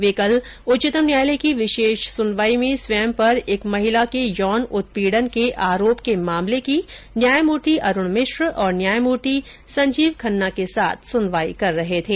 वें कल उच्चतम न्यायालय की विशेष सुनवाई में स्वयं पर एक महिला के यौन उत्पीड़न के आरोप के मामले की न्यायमूर्ति अरुण मिश्र और न्यायमूर्ति संजीव खन्ना के साथ सुनवाई कर रहे थे